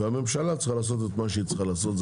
והממשלה צריכה לעשות את מה שהיא צריכה לעשות.